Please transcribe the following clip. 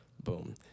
Boom